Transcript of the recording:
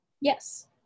yes